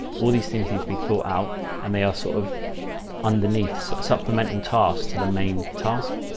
all these things need to be thought out and they are sort of underneath supplemental tasks to the main task.